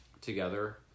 together